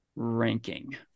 ranking